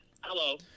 Hello